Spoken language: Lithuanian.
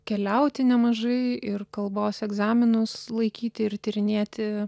keliauti nemažai ir kalbos egzaminus laikyti ir tyrinėti